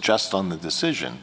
just on the decision